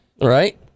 Right